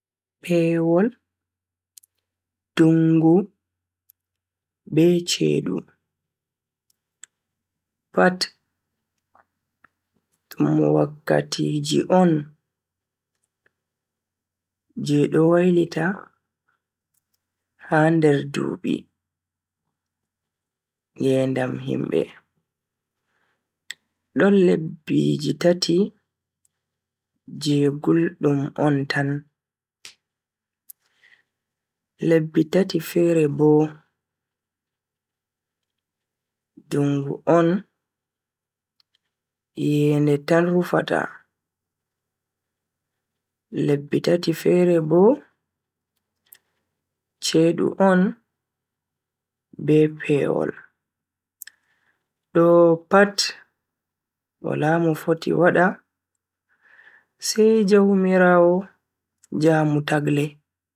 Pewol, dungu be chedu. Pat dum wakkatiji on je do wailita ha nder dubi ngedam himbe. Don lebbiji tati je guldum on tan. lebbi tati fere bo dungu on iyende tan rufata. lebbi tati fere bo chedu on be pewol. Do pat wala mo foti wada sai jaumiraawo jaamu tagle.